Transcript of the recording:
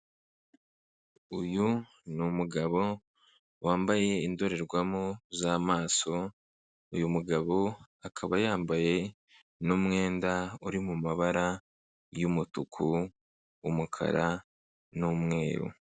Uyu ni umugabo wambaye indorerwamo z'amaso, uyu mugabo akaba yambaye n'umwenda uri mu mabara y'umutuku, umukara n'umweru.